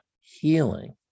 healing